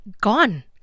gone